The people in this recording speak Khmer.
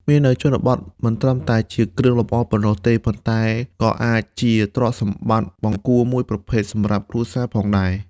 មាសនៅជនបទមិនត្រឹមតែជាគ្រឿងលម្អប៉ុណ្ណោះទេ ប៉ុន្តែក៏អាចជាទ្រព្យសម្បត្តិបង្គរមួយប្រភេទសម្រាប់គ្រួសារផងដែរ។